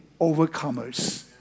overcomers